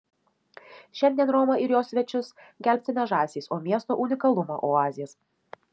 šiandien romą ir jos svečius gelbsti ne žąsys o miesto unikalumo oazės